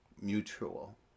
mutual